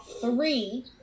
three